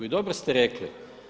I dobro ste rekli.